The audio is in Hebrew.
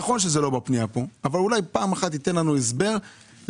נכון שזה לא בפנייה כאן אבל אולי פעם אחת יינתן לנו הסבר למה